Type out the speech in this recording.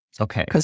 Okay